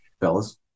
Fellas